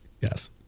Yes